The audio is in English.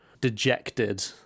dejected